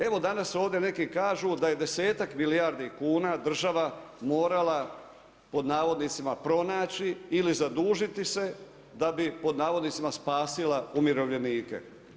Evo danas ovdje neki kažu da je desetak milijardi kuna država morala „pronaći“ ili zadužiti da bi „spasila“ umirovljenike.